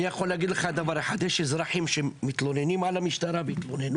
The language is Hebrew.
אני יכול להגיד לך דבר אחד: יש אזרחים שמתלוננים על המשטרה והתלוננו,